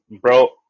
Bro